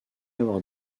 avoir